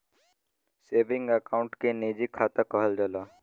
सेवींगे account के निजी खाता कहल जाला